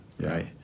right